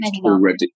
already